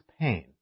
pain